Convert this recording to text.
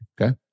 Okay